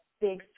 big